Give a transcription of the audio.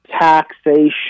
taxation